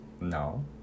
No